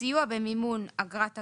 סיוע במימון אגרת הרישוי.